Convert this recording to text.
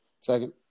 Second